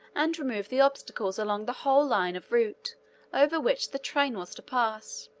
and remove the obstacles along the whole line of route over which the train was to pass.